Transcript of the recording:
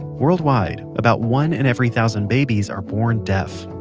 worldwide, about one in every thousand babies are born deaf.